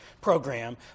program